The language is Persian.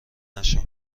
نشو